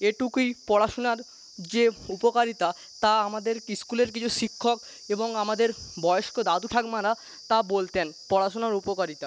এটুকুই পড়াশোনার যে উপকারিতা তা আমাদের ইস্কুলের কিছু শিক্ষক এবং আমাদের বয়স্ক দাদু ঠাকমারা তা বলতেন পড়াশোনার উপকারিতা